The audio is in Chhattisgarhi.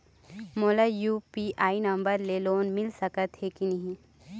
मोला यू.पी.आई नंबर ले लोन मिल सकथे कि नहीं?